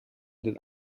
den